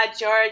George